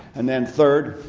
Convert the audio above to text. and then third,